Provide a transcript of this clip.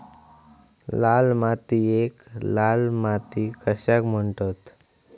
लाल मातीयेक लाल माती कशाक म्हणतत?